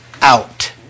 out